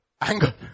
anger